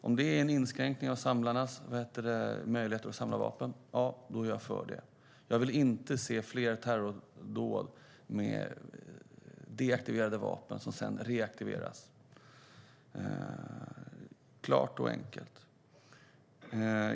Om det är en inskränkning av samlarnas möjlighet att samla vapen, ja, då är jag för det. Jag vill inte se fler terrordåd med deaktiverade vapen som har reaktiverats. Det är ett klart och enkelt svar.